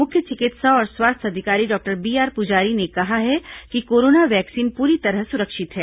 मुख्य चिकित्सा और स्वास्थ्य अधिकारी डॉक्टर बीआर पुजारी ने कहा है कि कोरोना वैक्सीन प्ररी तरह सुरक्षित है